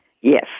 Yes